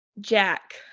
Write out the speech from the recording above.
jack